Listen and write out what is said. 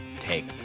Take